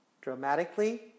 dramatically